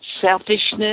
selfishness